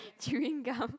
chewing gum